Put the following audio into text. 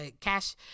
Cash